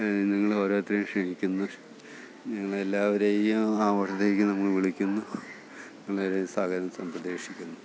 നിങ്ങളോരോരുത്തരേം ക്ഷണിക്കുന്ന് നിങ്ങളെല്ലാവരെയും അവിടത്തേക്ക് നമ്മൾ വിളിക്കുന്നു നിങ്ങളെ സാദരം സമ്പ്രതീക്ഷിക്കുന്നു